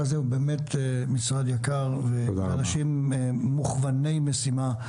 הוא באמת משרד יקר עם אנשים מכווני משימה.